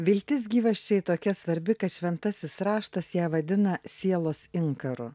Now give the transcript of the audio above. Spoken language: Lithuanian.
viltis gyvasčiai tokia svarbi kad šventasis raštas ją vadina sielos inkaru